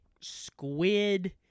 squid